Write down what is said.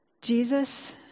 Jesus